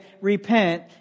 repent